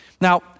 Now